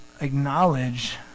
acknowledge